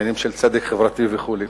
עניינים של צדק חברתי וכו'.